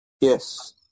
Yes